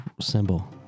symbol